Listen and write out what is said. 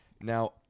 Now